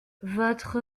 votre